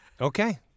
Okay